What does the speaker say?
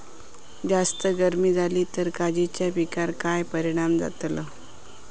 जास्त गर्मी जाली तर काजीच्या पीकार काय परिणाम जतालो?